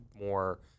more